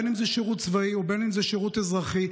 בין שזה שירות צבאי ובין שזה שירות אזרחי.